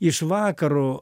iš vakaro